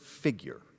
figure